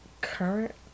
current